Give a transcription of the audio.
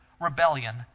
rebellion